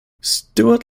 stuart